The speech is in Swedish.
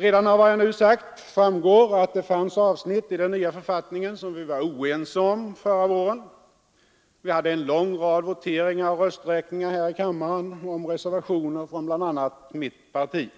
Redan av vad jag nu sagt framgår att det fanns avsnitt i den nya författningen som vi var oense om förra våren. Det blev en lång rad voteringar och rösträkningar här i kammaren om reservationer från bl.a. mitt parti.